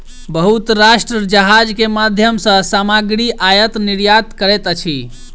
बहुत राष्ट्र जहाज के माध्यम सॅ सामग्री आयत निर्यात करैत अछि